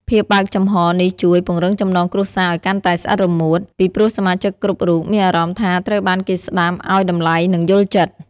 ភាពបើកចំហរនេះជួយ ពង្រឹងចំណងគ្រួសារឲ្យកាន់តែស្អិតរមួត ពីព្រោះសមាជិកគ្រប់រូបមានអារម្មណ៍ថាត្រូវបានគេស្ដាប់ ឲ្យតម្លៃ និងយល់ចិត្ត។